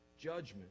judgment